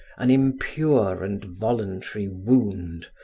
an impure and voluntary wound,